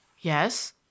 Yes